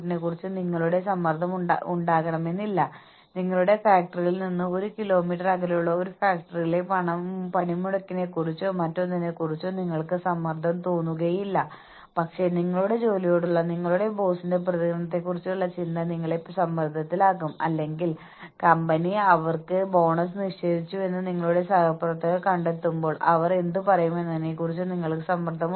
അതിനാൽ ഒരു വലിയ പോരായ്മ എന്തെന്നാൽ നിങ്ങൾ ടീമിനെ പ്രോത്സാഹിപ്പിക്കാൻ തുടങ്ങുമ്പോൾ നിങ്ങൾക്ക് പ്രോത്സാഹനങ്ങൾ നൽകുന്നതിനുപകരം നിങ്ങൾ വളരെയധികം ഉൽപ്പാദിപ്പിച്ചാൽ മാനേജ്മെന്റ് അവരുടെ ശമ്പളം വെട്ടിക്കുറച്ചേക്കുമെന്ന് ആളുകൾക്ക് തോന്നുന്നു